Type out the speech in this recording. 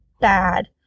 bad